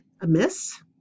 amiss